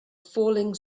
falling